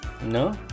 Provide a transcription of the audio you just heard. No